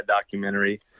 documentary